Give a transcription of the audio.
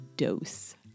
dose